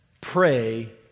pray